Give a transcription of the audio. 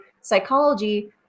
psychology